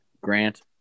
Grant